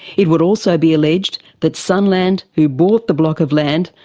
it would also be alleged that sunland, who bought the block of land,